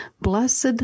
Blessed